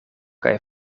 kaj